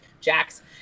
Jax